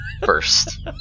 first